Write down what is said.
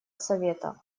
совета